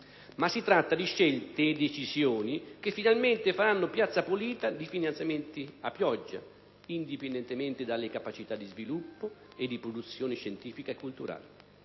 Ma si tratta di scelte e decisioni che finalmente faranno piazza pulita di finanziamenti a pioggia, indipendentemente dalle capacità di sviluppo e di produzione scientifica e culturale.